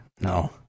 No